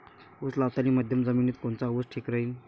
उस लावतानी मध्यम जमिनीत कोनचा ऊस ठीक राहीन?